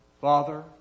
Father